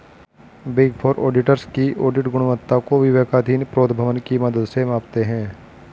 big four auditors की audit गुणवत्ता को विवेकाधीन प्रोद्भवन की मदद से मापते हैं